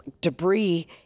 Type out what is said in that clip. debris